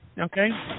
Okay